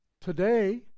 Today